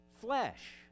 flesh